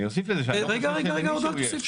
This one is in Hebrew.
אני אוסיף לזה --- רגע, רגע, עוד אל תוסיף.